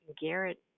Garrett